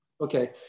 Okay